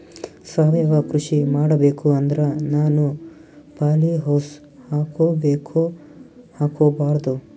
ಸಾವಯವ ಕೃಷಿ ಮಾಡಬೇಕು ಅಂದ್ರ ನಾನು ಪಾಲಿಹೌಸ್ ಹಾಕೋಬೇಕೊ ಹಾಕ್ಕೋಬಾರ್ದು?